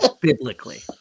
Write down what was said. biblically